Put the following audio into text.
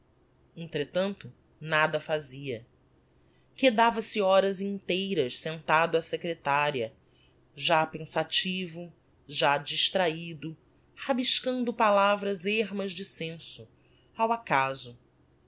entretanto nada fazia quedava se horas inteiras sentado á secretária já pensativo já distraido rabiscando palavras ermas de senso ao acaso